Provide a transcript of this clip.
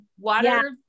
water